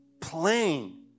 plain